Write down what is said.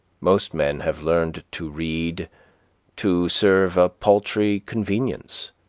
most men have learned to read to serve a paltry convenience,